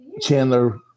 Chandler